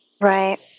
Right